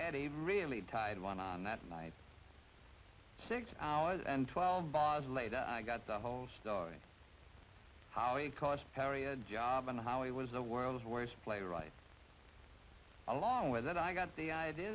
and a really tied one on that night six hours and twelve bars later i got the whole story how it cost perry a job and how he was the world's worst player right along with it i got the idea